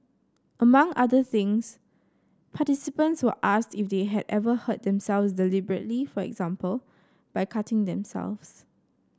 among other things participants were asked if they had ever hurt themselves deliberately for example by cutting themselves